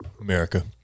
America